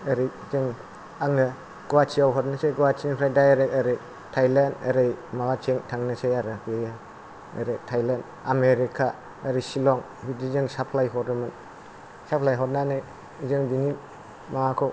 ओरै जों आंनो गहाटिआव हरनोसै गहाटिनिफ्राय दाइरेक्ट ओरै थाइलेण्ड ओरै माबाथिं थांनोसै आरो बियो ओरै थाइलेण्ड आमेरिका ओरै शिलं बिदि जों साप्लाय हरोमोन साप्लाय हरनानै जों बिनि माबाखौ